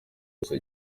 yose